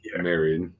married